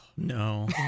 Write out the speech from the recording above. No